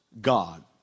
God